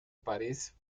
parís